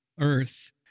earth